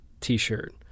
t-shirt